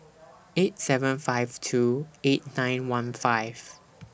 eight seven five two eight nine one five